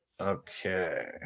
Okay